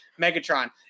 Megatron